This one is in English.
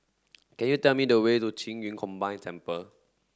can you tell me the way to Qing Yun Combined Temple